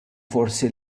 forsi